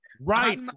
right